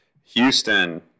Houston